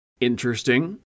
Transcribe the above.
interesting